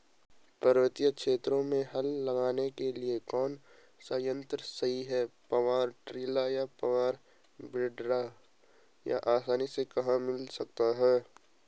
पर्वतीय क्षेत्रों में हल लगाने के लिए कौन सा यन्त्र सही है पावर टिलर या पावर वीडर यह आसानी से कहाँ मिल सकता है?